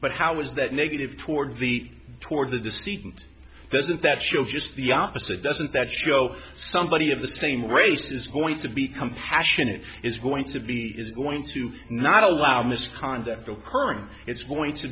but how is that negative toward the toward the deceit and doesn't that show just the opposite doesn't that show somebody of the same race is going to be compassionate is going to be is going to not allow misconduct the current it's going to